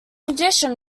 addition